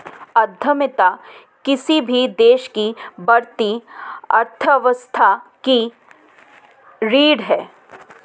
उद्यमिता किसी भी देश की बढ़ती अर्थव्यवस्था की रीढ़ है